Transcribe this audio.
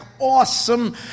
awesome